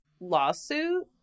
lawsuit